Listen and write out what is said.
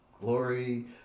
glory